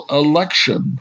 election